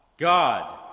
God